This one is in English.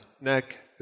neck